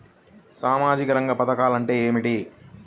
సామాజిక రంగ పధకాలు అంటే ఏమిటీ?